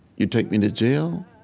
you take me to jail,